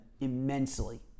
immensely